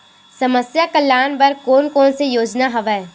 समस्या कल्याण बर कोन कोन से योजना हवय?